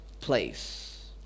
place